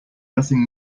nothing